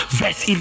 verse